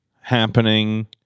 happening